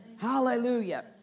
Hallelujah